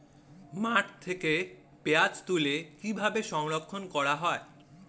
মাঠ থেকে পেঁয়াজ তুলে কিভাবে সংরক্ষণ করা হয়?